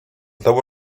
того